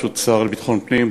ברשות השר לביטחון הפנים,